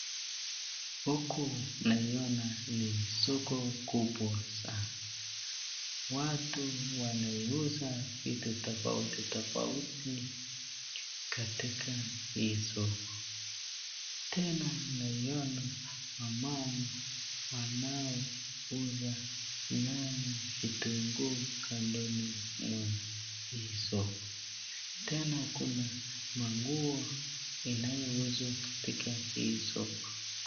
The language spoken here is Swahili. Huku naiona ni soko kubwa sana, watu wanaiuza vitu tofautitofauti katika hii soko, tena naiona wamama wanaouza nyanya vitunguu, kandoni mwa hizo, tena kuna manguo inayouzwa katika hii soko.